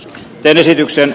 peliesitykseen